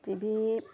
TV